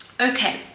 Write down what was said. Okay